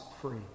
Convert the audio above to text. free